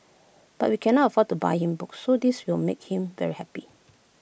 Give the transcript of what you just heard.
but we cannot afford to buy him books so this will make him very happy